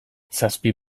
zazpi